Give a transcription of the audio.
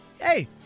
hey